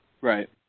Right